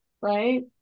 right